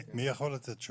מי יכול לתת תשובה?